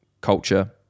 culture